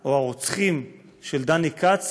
או הרוצחים של דני כץ